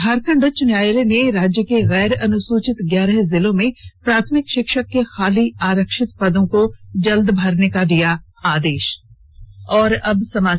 झारखंड उच्च न्यायालय ने राज्य के गैर अनुसूचित ग्यारह जिलों में प्राथमिक शिक्षक के खाली आरक्षित पदों को जल्द भरने का दिया आदे ा